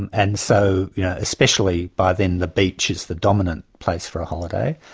and and so yeah especially by then, the beach is the dominant place for a holiday,